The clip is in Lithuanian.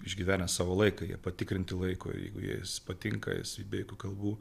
išgyvenęs savo laiką jie patikrinti laiko jeigu jis patinka jis be jokių kalbų